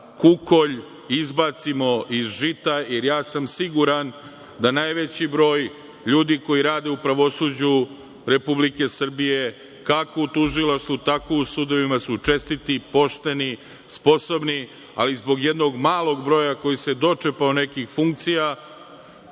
kukolj izbacimo iz žita, jer ja sam siguran da najveći broj ljudi koji rade u pravosuđu Republike Srbije, kako u Tužilaštvu, tako u sudovima su čestiti, pošteni, sposobni, ali zbog jednog malog broja koji se dočepao nekih funkcija